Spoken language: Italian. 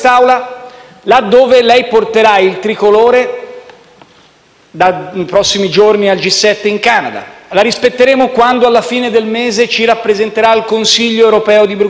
là dove lei porterà il tricolore nei prossimi giorni al G7 in Canada; la rispetteremo quando, alla fine del mese, ci rappresenterà al Consiglio europeo di Bruxelles;